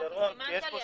כי אתה סימנת לי,